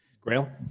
Grail